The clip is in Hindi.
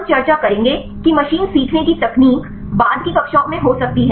हम चर्चा करेंगे कि मशीन सीखने की तकनीक बाद की कक्षाओं में हो सकती है